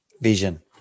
Vision